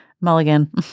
Mulligan